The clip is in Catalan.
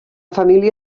família